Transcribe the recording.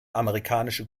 amerikanische